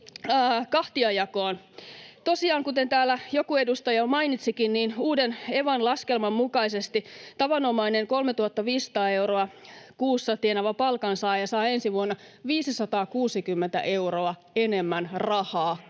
Tosiaan, kuten täällä joku edustaja jo mainitsikin, niin uuden Evan laskelman mukaisesti tavanomainen 3 500 euroa kuussa tienaava palkansaaja saa ensi vuonna 560 euroa enemmän rahaa